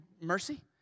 mercy